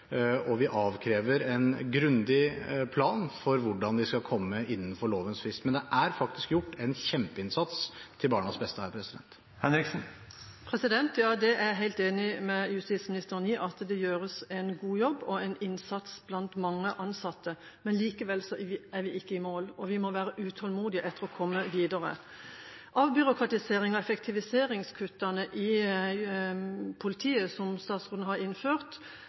og vi avkrever en grundig plan for hvordan vi skal komme innenfor lovens frist. Men det er faktisk gjort en kjempeinnsats til barnas beste her. Jeg er helt enig med justisministeren i at det gjøres en god jobb og en innsats blant mange ansatte, men likevel er vi ikke i mål, og vi må være utålmodige etter å komme videre. Avbyråkratiserings- og effektiviseringskuttene i politiet, som statsråden har innført,